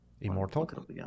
immortal